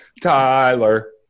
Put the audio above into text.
Tyler